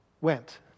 went